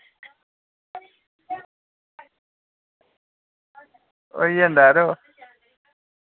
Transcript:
होई जंदा यरो